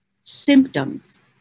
symptoms